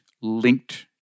linked